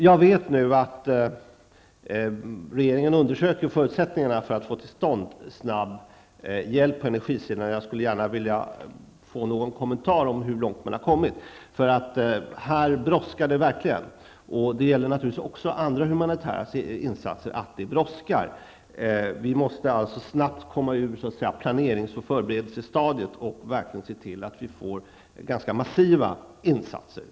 Jag vet nu att regeringen undersöker förutsättningarna för att få till stånd snabb hjälp på energisidan. Jag skulle därför vilja ha en kommentar om hur långt man har kommit. I detta sammanhang brådskar det verkligen. Det brådskar även när det gäller andra humanitära insatser. Vi måste snabbt komma ur planerings och förberedelsestadiet och verkligen se till att det sker ganska massiva insatser.